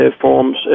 forms